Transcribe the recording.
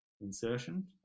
insertion